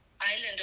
island